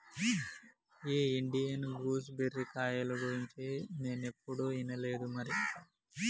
ఈ Indian gooseberry కాయల గురించి నేనేప్పుడు ఇనలేదు మరి